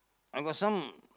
I got some